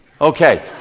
Okay